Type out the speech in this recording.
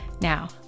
Now